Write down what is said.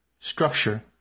structure